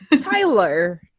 Tyler